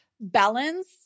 balance